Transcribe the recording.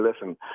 listen